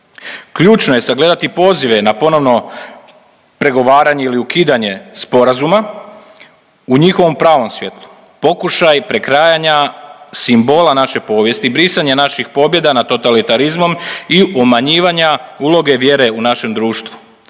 Ključno je sagledati pozive na ponovno pregovaranje ili ukidanje sporazuma u njihovom pravom svijetlu, pokušaj prekrajanja simbola naše povijesti, brisanje naših pobjeda nad totalitarizmom i umanjivanja uloge vjere u našem društvu.